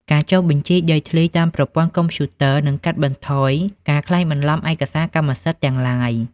ការចុះបញ្ជីដីធ្លីតាមប្រព័ន្ធកុំព្យូទ័រ នឹងកាត់បន្ថយការក្លែងបន្លំឯកសារកម្មសិទ្ធិទាំងឡាយ។